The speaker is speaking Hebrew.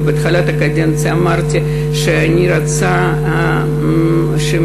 ובתחילת הקדנציה אמרתי שאני רוצה שממשלת